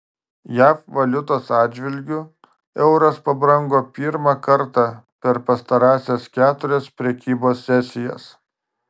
jav valiutos atžvilgiu euras pabrango pirmą kartą per pastarąsias keturias prekybos sesijas